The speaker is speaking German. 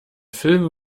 film